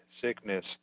sickness